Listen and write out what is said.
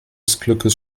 glückes